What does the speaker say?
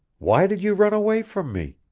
why did you run away from me?